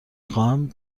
خواهم